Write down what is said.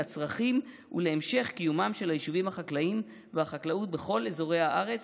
לצרכים ולהמשך קיומם של היישובים החקלאיים והחקלאות בכל אזורי הארץ